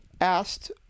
asked